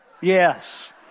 yes